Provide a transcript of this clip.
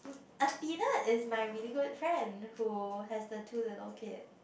Athena is my really good friend who has the two little kid